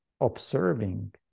observing